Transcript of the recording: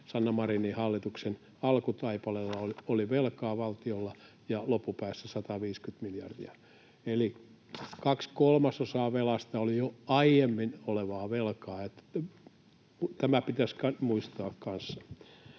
Sanna Marinin hallituksen alkutaipaleella ja loppupäässä 150 miljardia, eli kaksi kolmasosaa velasta oli jo aiemmin olevaa velkaa. Tämä pitäisi muistaa kanssa.